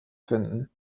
finden